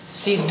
si